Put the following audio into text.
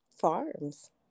farms